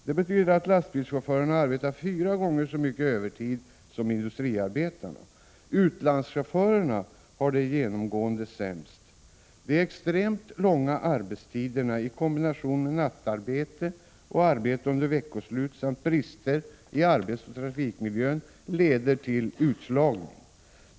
Det betyder att lastbilschaufförerna arbetade fyra gånger så mycket övertid som industriarbetarna. Utlandschaufförerna har det genomgående sämre. De extremt långa arbetstiderna i kombination med nattarbete och arbete under veckoslut samt brister i arbetsoch trafikmiljön leder till utslagning.